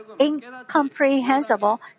incomprehensible